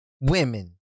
women